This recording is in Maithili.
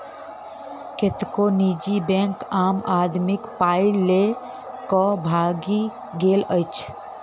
कतेको निजी बैंक आम आदमीक पाइ ल क भागि गेल अछि